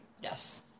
Yes